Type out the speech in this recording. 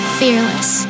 fearless